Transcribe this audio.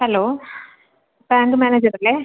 hello bank manager അല്ലേ